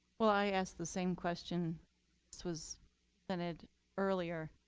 well, i asked the same question. this was presented earlier.